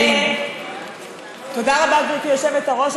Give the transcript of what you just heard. תודה רבה, גברתי היושבת-ראש.